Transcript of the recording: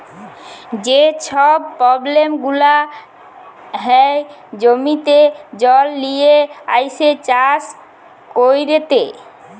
যে ছব পব্লেম গুলা হ্যয় জমিতে জল লিয়ে আইসে চাষ ক্যইরতে